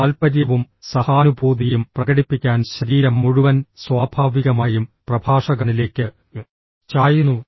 താൽപ്പര്യവും സഹാനുഭൂതിയും പ്രകടിപ്പിക്കാൻ ശരീരം മുഴുവൻ സ്വാഭാവികമായും പ്രഭാഷകനിലേക്ക് ചായുന്നു